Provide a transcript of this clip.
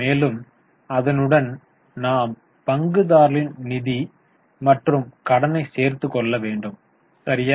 மேலும் அதனுடன் நாம் பங்குதாரர்களின் நிதி மற்றும் கடனை சேர்த்து கொள்ள வேண்டும் சரியா